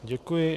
Děkuji.